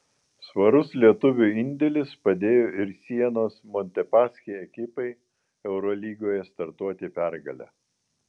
svarus lietuvių indėlis padėjo ir sienos montepaschi ekipai eurolygoje startuoti pergale